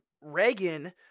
Reagan